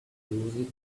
used